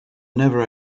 never